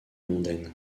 mondaine